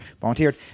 volunteered